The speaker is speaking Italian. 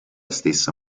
stessa